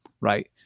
right